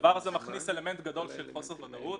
-- הדבר הזה מכניס אלמנט גדול של חוסר ודאות.